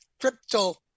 crypto